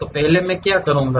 तो पहले मैं क्या करूंगा